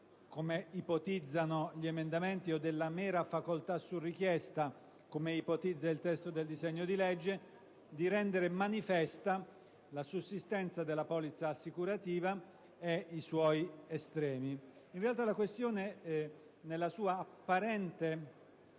come ipotizzano gli emendamenti, o alla mera facoltà su richiesta, come ipotizza il testo del disegno di legge, di rendere manifeste la sussistenza della polizza assicurativa ed i suoi estremi. In realtà, la questione, nella sua apparente